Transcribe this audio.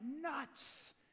nuts